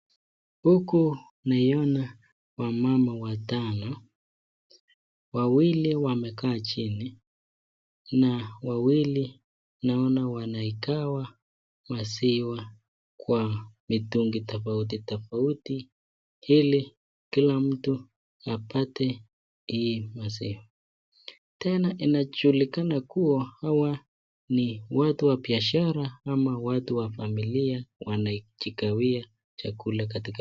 Huku naiona wamama watano. Wawili wamekaa chini na wawili naona wanaikawia maziwa kwa mitungi tofauti tofauti ili kila mtu apate hii maziwa. Tena inajulikana kuwa hawa ni watu wa biashara ama watu wa familia wanaikawia chakula.